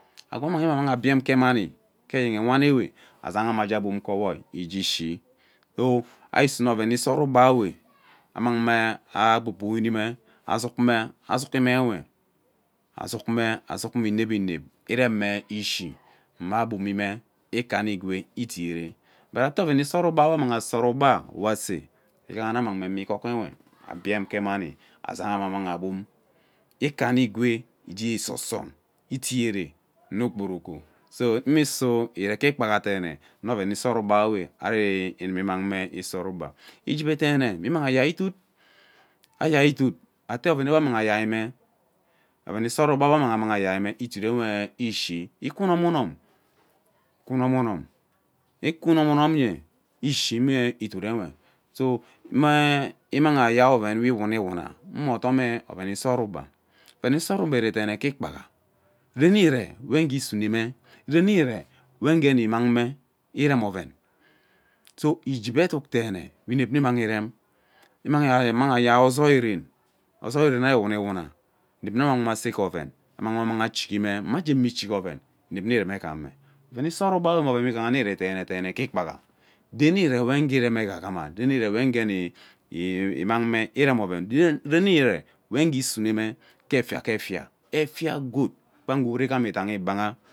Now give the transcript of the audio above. Agwe ammangme amen ke mani ke eyen ee wani we zaime egie bun ke owoi ige ishi so ari usune oven isora ugba ewe amang me aren gbogboni mme a zug me a zughi me nwe zug me azug me inep inep irane ishi mma abumine ikani igwee itere but ita oven usora ugba ammanghi asoro ugbaa we ase ighaha na amangme me igot nwe abem ke mani azaha me anang abum ike ani igwe esosong etiere mme ekporoko so mme suu ire ke ikpaha deene me oven irosa ugba we ari imuni mmang me isora ugbe ijebe deene immang ayai iduid deene immang ayai iduid ayai idod ete oven ewe nwe amanghi ayai me oven issoro ugba nwe ammanghi ayai me idud nwe ishi ukwu nnom unom ukwu unom unom, ukwu unom unom nye ishime idud uwe so num ee imang ayai oven we iwuna mme odom oven ee imang osora ugba oven isora ugba ire deene ke ikpaiha ren ire wege usume oven isora ugba ren ire wagene mamme irem oven so ejeve eduk deene we inep una immangh irem immang ayai ozoi ren ozoi ren ana iwuniwuna inep nna ammangme asee ge oven ammang achegi me mma age ichigi oven inep mme irume ghame oven irora ugba ire deene ke ikpaih den ire we ge ire me eghamgama ren ire we ige immang mme iren oven ren ire wanga isune mme ke efia ke efia, efia gwood kpange uwut ghama idangha.